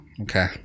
Okay